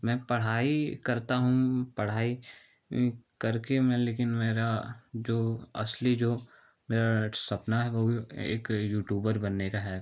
मैं पढ़ाई करता हूँ पढ़ाई करके मैं लेकिन मेरा जो असली जो मेरा सपना है वह भी एक यूटूबर बनने का है